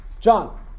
John